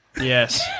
Yes